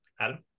Adam